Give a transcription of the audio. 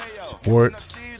sports